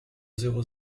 zéro